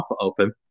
open